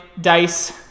dice